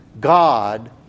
God